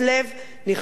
נכשלתם.